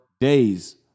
days